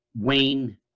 Wayne